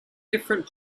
different